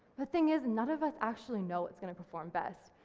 the thing is none of us actually know it's going to perform best,